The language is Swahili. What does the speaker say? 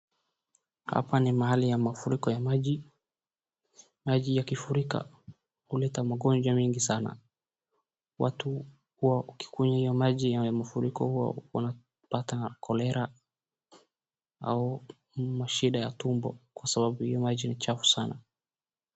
Hapa ni mahali ya mafuriko ya maji. Maji ya kifurika huleta magonjwa mengi sana. Watu hua ukikunywa hiyo maji ya mafuriko hua unapata kolera au mashida ya tumbo kwa sababu hiyo maji ni chafu sana.